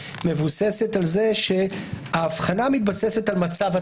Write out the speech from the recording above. מבוססת על זה שההבחנה מתבססת על מצב התחלואה,